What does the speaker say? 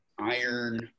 iron